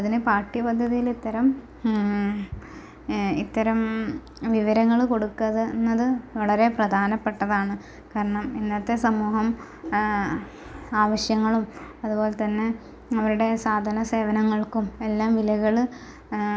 അതിന് പാഠ്യപദ്ധതിയിൽ ഇത്തരം ഇത്തരം വിവരങ്ങള് കൊടുക്കുന്നത് വളരെ പ്രധാനപ്പെട്ടതാണ് കാരണം ഇന്നത്തെ സമൂഹം ആവശ്യങ്ങളും അതുപോൽതന്നെ അവരുടെ സാധന സേവനങ്ങൾക്കും എല്ലാം വിലകള്